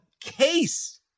case